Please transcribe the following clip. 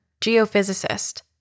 geophysicist